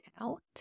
out